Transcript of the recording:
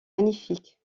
magnifique